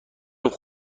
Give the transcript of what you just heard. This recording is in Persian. گفت